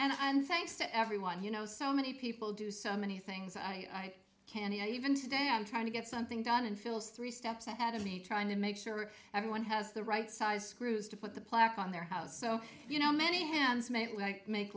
and thanks to everyone you know so many people do so many things i can't even today i'm trying to get something done and feels three steps ahead of me trying to make sure everyone has the right size screws to put the plaque on their house so you know many hands ma